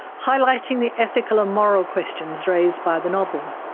highlighting the ethical and moral questions raised by the novel.